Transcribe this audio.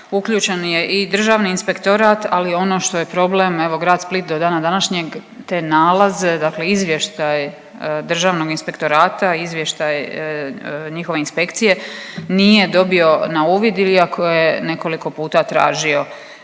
uključen je i Državni inspektorat ali ono što je problem, evo, Grad Split, do dana današnjeg te nalaze, dakle izvještaj Državnog inspektorata, izvještaj njihove inspekcije nije dobio na uvid iako je nekoliko puta tražio